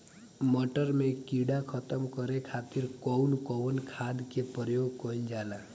मटर में कीड़ा खत्म करे खातीर कउन कउन खाद के प्रयोग कईल जाला?